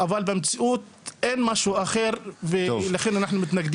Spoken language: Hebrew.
אבל במציאות אין משהו אחר ולכן אנחנו מתנגדים לה.